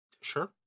Sure